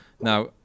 Now